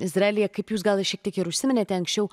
izraelyje kaip jūs gal šiek tiek ir užsiminėte anksčiau